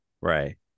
Right